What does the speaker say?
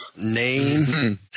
Name